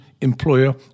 employer